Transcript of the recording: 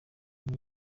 iki